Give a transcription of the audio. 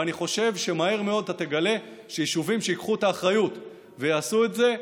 ואני חושב שמהר מאוד אתה תגלה שיישובים שייקחו את האחריות ויעשו את זה,